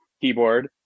keyboard